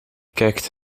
kijkt